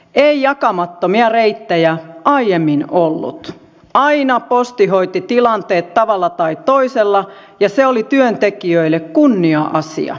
ei jakamattomia reittejä aiemmin ollut aina posti hoiti tilanteet tavalla tai toisella ja se oli työntekijöille kunnia asia